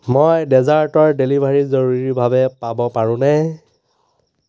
মই ডেজাৰ্টৰ ডেলিভাৰী জৰুৰীভাৱে পাব পাৰোঁনে